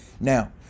Now